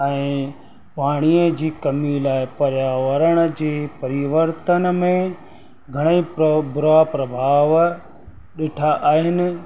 ऐं पाणीअ जी कमीअ लाइ पर्यावरण जे परिवर्तन में घणा ई बुरा प्रभाव ॾिठा आहिनि